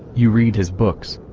you read his books.